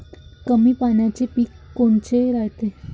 कमी पाण्याचे पीक कोनचे रायते?